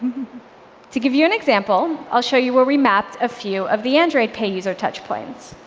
to give you an example, i'll show you where we mapped a few of the android pay user touch points.